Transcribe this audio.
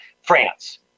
France